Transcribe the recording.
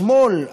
השמאל,